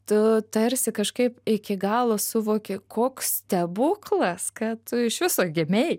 tu tarsi kažkaip iki galo suvoki koks stebuklas kad tu iš viso gimei